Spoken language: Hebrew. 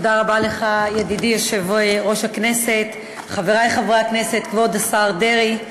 תציג את הצעת החוק שרת התרבות והספורט חברת הכנסת מירי רגב.